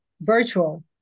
virtual